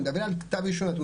אני מדבר על כתב אישום.